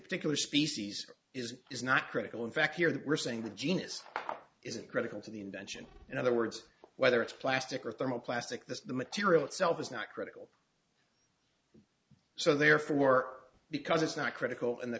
particular species is is not critical in fact here that we're saying the genus up isn't critical to the invention in other words whether it's plastic or thermal plastic this material itself is not critical so therefore because it's not critical and the